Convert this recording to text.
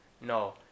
No